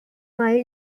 while